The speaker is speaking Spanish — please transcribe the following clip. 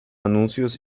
anuncios